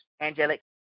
angelic